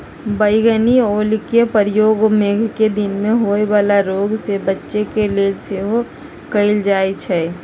बइगनि ओलके प्रयोग मेघकें दिन में होय वला रोग से बच्चे के लेल सेहो कएल जाइ छइ